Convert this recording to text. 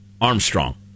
Armstrong